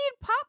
pop